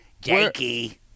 Jakey